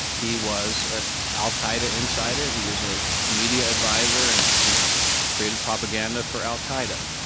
he was an al qaeda insider. he was a media advisor and and created propaganda for al qaeda.